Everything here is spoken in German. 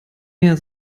mehr